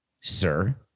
sir